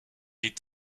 est